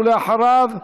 ואחריו,